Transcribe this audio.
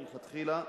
מלכתחילה,